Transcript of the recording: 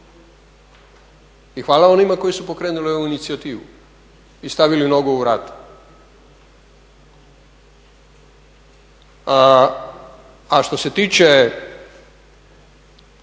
I hvala onima koji su pokrenuli ovu inicijativu i stavili nogu u vrata. A što se tiče